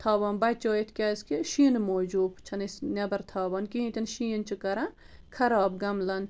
تھاوان بچٲیِتھ کیٛازِ کہِ شیٖنہٕ موٗجوٗب چھَنہٕ أسۍ نٮ۪بر تھاوان کِہیٖنۍ تہِ نہٕ شیٖن چھِ کَران خراب گملن